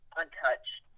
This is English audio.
untouched